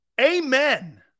Amen